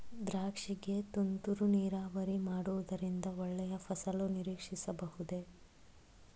ದ್ರಾಕ್ಷಿ ಗೆ ತುಂತುರು ನೀರಾವರಿ ಮಾಡುವುದರಿಂದ ಒಳ್ಳೆಯ ಫಸಲು ನಿರೀಕ್ಷಿಸಬಹುದೇ?